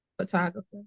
photographer